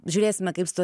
žiūrėsime kaip su tuo